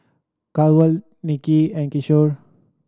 Kanwaljit and Kishore